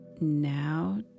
Now